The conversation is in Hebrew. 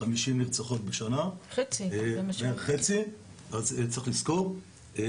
ה-50 נרצחות בשנה, זה חצי, צריך לזכור.